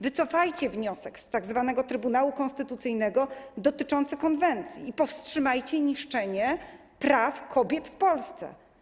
Wycofajcie wniosek z tzw. Trybunału Konstytucyjnego dotyczący konwencji i powstrzymajcie niszczenie praw kobiet w Polsce.